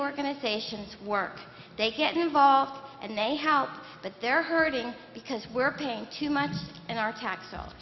organizations work they get involved and they help but they're hurting because we're paying too much in our tax